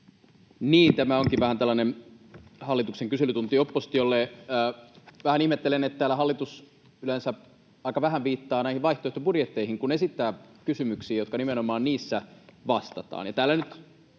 Niin, tämä onkin vähän tällainen hallituksen kyselytunti oppositiolle. Vähän ihmettelen, että täällä hallitus yleensä aika vähän viittaa näihin vaihtoehtobudjetteihin, kun esittää kysymyksiä, joihin nimenomaan niissä vastataan.